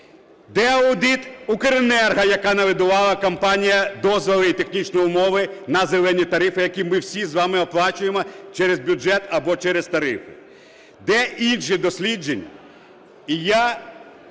Де аудит "Укренерго", яка навидавала, компанія, дозволи і технічні умови на "зелені" тарифи, які ми всі з вами оплачуємо через бюджет або через тариф? Де інші дослідження?